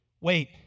Wait